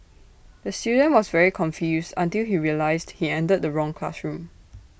the student was very confused until he realised he entered the wrong classroom